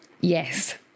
Yes